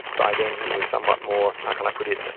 by then he was somewhat more, how can i put it,